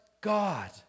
God